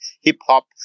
hip-hop